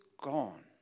gone